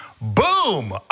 Boom